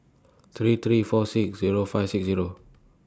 three three four six Zero five six Zero